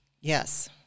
Yes